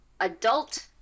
adult